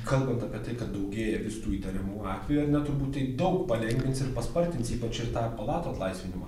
kalbant apie tai kad daugėja vis tų įtariamų atvejų ar ne turbūt tai daug palengvins ir paspartins ypač ir tą platų atlaisvinimą